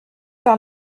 par